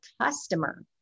customer